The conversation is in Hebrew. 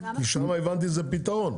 שם הבנתי שזה פתרון.